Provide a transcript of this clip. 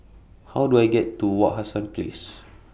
How Do I get to Wak Hassan Place